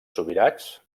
subirats